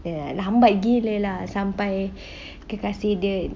ya lambat gila lah sampai kekasih dia